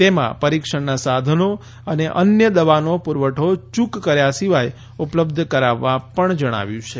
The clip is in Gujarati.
તેમાં પરીક્ષણના સાધનો અને અન્ય દવાનો પુરવઠો યૂક કર્યા સિવાય ઉપલબ્ધ કરાવવા પણ જણાવાયું છે